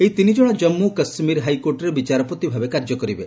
ଏହି ତିନିଜଣ ଜନ୍ମୁ କାଶ୍ମୀର ହାଇକୋର୍ଟରେ ବିଚାରପତି ଭାବେ କାର୍ଯ୍ୟ କରିବେ